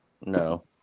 No